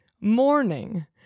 morning